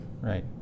Right